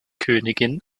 königin